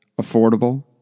affordable